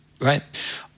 right